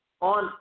on